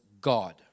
God